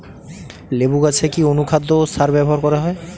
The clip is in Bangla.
লেবু গাছে কি অনুখাদ্য ও সার ব্যবহার করা হয়?